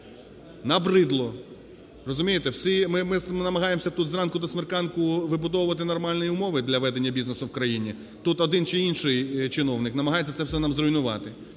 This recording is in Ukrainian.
розумієте? Ми намагаємось тут зранку до смерканку вибудовувати нормальні умови для ведення бізнесу в країні. Тут один чи інший чиновник намагається це все нам зруйнувати.